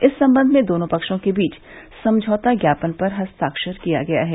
इस संबंध में दोनों पक्षों के बीच समझौता ज्ञापन पर हस्ताक्षर किया गया है